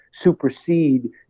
supersede